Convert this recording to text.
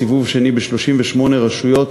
סיבוב שני ב-38 רשויות